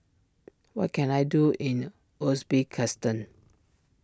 what can I do in Uzbekistan